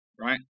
right